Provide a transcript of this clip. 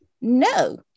no